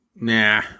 Nah